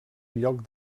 lloc